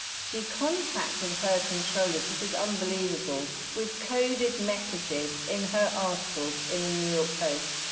she contacted her controllers this is unbelievable with coded messages in her articles in the new york post.